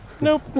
nope